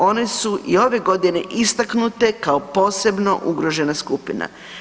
One su i ove godine istaknute kao posebno ugrožena skupina.